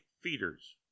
feeders